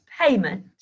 payment